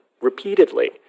repeatedly